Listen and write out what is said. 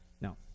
No